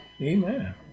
Amen